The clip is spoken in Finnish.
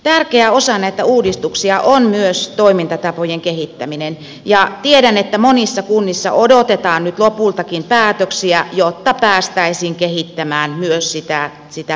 tärkeä osa näitä uudistuksia on myös toimintatapojen kehittäminen ja tiedän että monissa kunnissa odotetaan nyt lopultakin päätöksiä jotta päästäisiin kehittämään myös sitä perustyötä